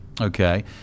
Okay